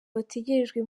bategerejwe